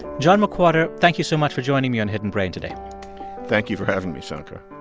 john mcwhorter, thank you so much for joining me on hidden brain today thank you for having me, shankar